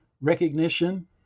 recognition